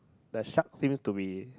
the shark seems to be